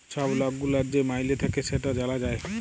ছব লক গুলার যে মাইলে থ্যাকে সেট জালা যায়